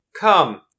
Come